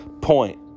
point